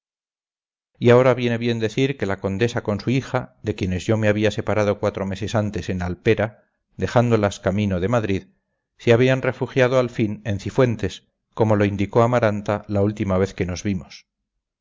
y ahora viene bien decir que la condesa con su hija de quienes yo me había separado cuatro meses antes en alpera dejándolas camino de madrid se habían refugiado al fin en cifuentes como lo indicó amaranta la última vez que nos vimos